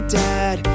dad